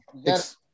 Yes